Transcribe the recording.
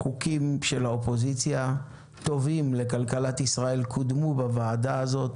חוקים של האופוזיציה טובים לכלכלת ישראל קודמו בוועדה הזאת